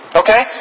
okay